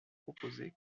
proposée